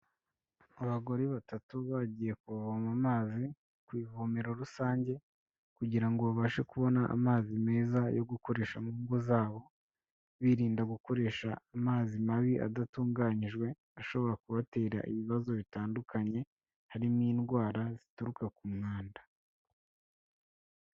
Abagore batatu bagiye kuvoma amazi ku ivomero rusange, kugira ngo babashe kubona amazi meza yo gukoresha mu ngo zabo, birinda gukoresha amazi mabi adatunganyijwe ashobora kubatera ibibazo bitandukanye, harimo indwara zituruka ku mwanda.